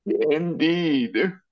Indeed